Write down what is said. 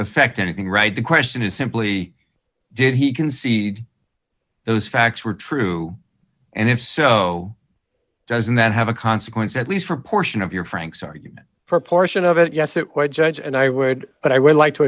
affect anything right the question is simply did he concede those facts were true and if so doesn't that have a consequence at least for a portion of your franks argument for a portion of it yes it would judge and i would but i would like to